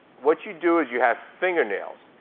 what you do is you have fingernails.